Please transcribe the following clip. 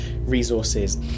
resources